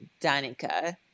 Danica